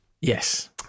Yes